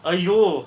!aiyo!